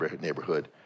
neighborhood